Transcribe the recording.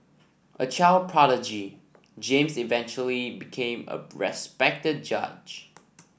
a child prodigy James eventually became a respected judge